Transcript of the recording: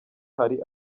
hari